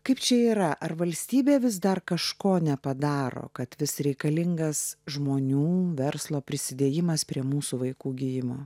kaip čia yra ar valstybė vis dar kažko nepadaro kad vis reikalingas žmonių verslo prisidėjimas prie mūsų vaikų gijimo